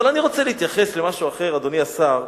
אבל אני רוצה להתייחס למשהו אחר, אדוני השר,